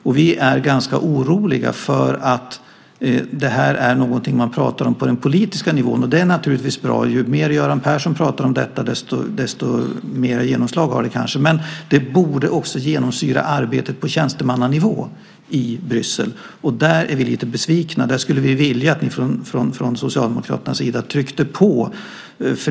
Och vi är ganska oroliga för att det här är någonting som man bara pratar om på den politiska nivån. Det är naturligtvis bra; ju mer Göran Persson pratar om detta desto mer genomslag får det kanske. Men det borde också genomsyra arbetet på tjänstemannanivå i Bryssel. Där är vi lite besvikna. Där skulle vi vilja att ni från Socialdemokraternas sida tryckte på.